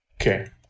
okay